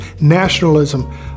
nationalism